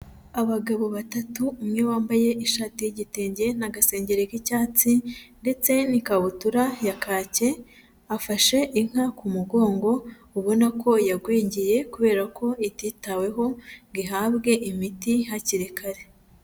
Abagabo batatu umwe wambaye ishati y'igitenge n'agasengeri k'icyatsi ndetse n'ikabutura ya kake, afashe inka ku mugongo, ubona ko yagwingiye kubera ko ititaweho ngo ihabwe imiti hakiri kare.